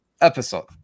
episode